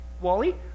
Wally